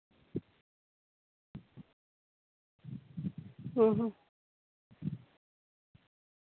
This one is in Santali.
ᱦᱩᱸ ᱦᱩᱸ